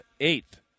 eighth